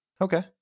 Okay